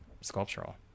sculptural